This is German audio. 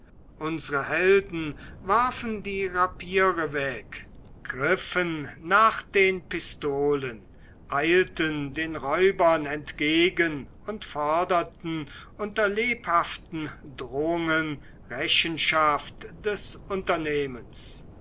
unsre helden warfen die papiere weg griffen nach den pistolen eilten den räubern entgegen und forderten unter lebhaften drohungen rechenschaft des unternehmens